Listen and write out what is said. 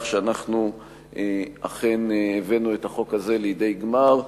שאנחנו אכן הבאנו את החוק הזה לידי גמר.